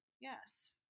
yes